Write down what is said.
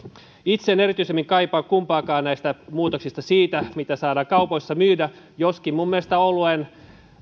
itse en erityisemmin kaipaa kumpaakaan näistä muutoksista siihen mitä saadaan kaupoissa myydä joskin minun mielestäni oluen